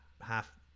half